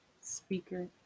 speaker